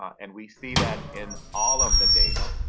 and we see that in all of the data.